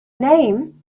name